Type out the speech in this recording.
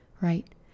Right